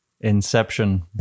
Inception